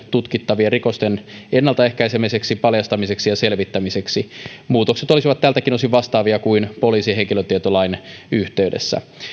tutkittavien rikosten ennaltaehkäisemiseksi paljastamiseksi ja selvittämiseksi muutokset olisivat tältäkin osin vastaavia kuin poliisin henkilötietolain yhteydessä